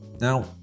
Now